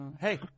Hey